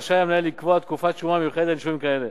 רשאי המנהל לקבוע תקופת שומה מיוחדת לנישומים כאלה: